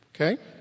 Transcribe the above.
Okay